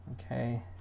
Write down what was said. okay